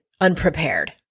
unprepared